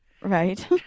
Right